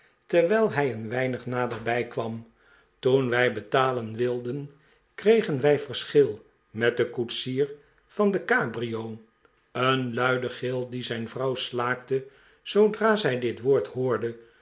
terwijl hij een weinig naderbij kwam toen wij betalen wilden kregen wij verschil met den koetsier van de cabrio een luide gil dien zijn vrouw slaakte zoodra zij dit woord hoorde